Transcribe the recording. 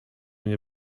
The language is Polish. nie